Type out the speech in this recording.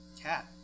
cat